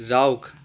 যাওক